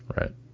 right